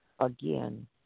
again